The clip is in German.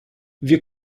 wir